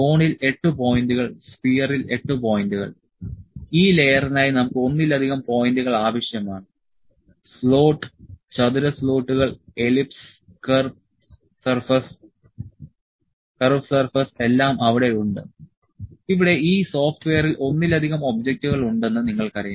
കോണിൽ 8 പോയിന്റുകൾ സ്ഫിയറിൽ 8 പോയിന്റുകൾ ഈ ലെയറിനായി നമുക്ക് ഒന്നിലധികം പോയിന്റുകൾ ആവശ്യമാണ് സ്ലോട്ട് ചതുര സ്ലോട്ടുകൾ എലിപ്സ് കർവ് സർഫേസ് എല്ലാം അവിടെ ഉണ്ട് ഇവിടെ ഈ സോഫ്റ്റ്വെയറിൽ ഒന്നിലധികം ഒബ്ജക്റ്റുകൾ ഉണ്ടെന്ന് നിങ്ങൾക്കറിയാം